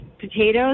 potatoes